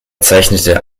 zeichnet